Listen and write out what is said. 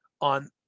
on